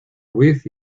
ruiz